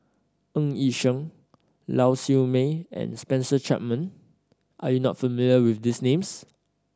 Ng Yi Sheng Lau Siew Mei and Spencer Chapman are you not familiar with these names